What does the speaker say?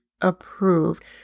approved